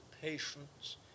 patience